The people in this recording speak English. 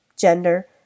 gender